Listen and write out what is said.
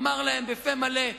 ואמר להם בפה מלא: